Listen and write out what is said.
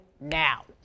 now